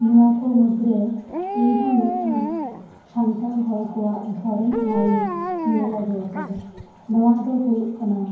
ᱱᱚᱣᱟ ᱠᱚ ᱢᱩᱫ ᱨᱮ ᱤᱧ ᱦᱚᱸ ᱢᱤᱫᱴᱟᱝ ᱥᱟᱱᱛᱟᱞ ᱦᱚᱲ ᱠᱚᱣᱟᱜ ᱫᱷᱚᱚᱨᱚᱢ ᱴᱷᱟᱶ ᱤᱧ ᱧᱮᱞ ᱟᱹᱜᱩ ᱟᱠᱟᱫᱟ ᱱᱚᱣᱟ ᱫᱚ ᱦᱩᱭᱩᱜ ᱠᱟᱱᱟ